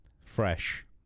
Fresh